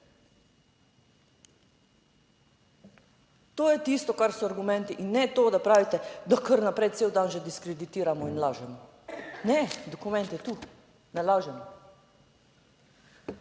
To je tisto, kar so argumenti in ne to, da pravite, da kar naprej cel dan že diskreditiramo in lažemo. Ne, dokument je tu, ne lažemo.